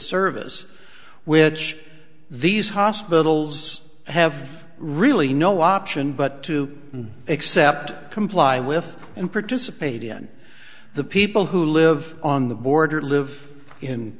service which these hospitals have really no option but to accept comply with and participate in the people who live on the border live in